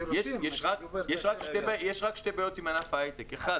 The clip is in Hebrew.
יש רק שתי בעיות עם ענף ההייטק: ראשית,